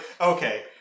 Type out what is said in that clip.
okay